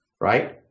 right